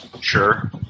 Sure